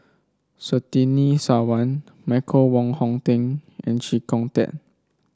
Surtini Sarwan Michael Wong Hong Teng and Chee Kong Tet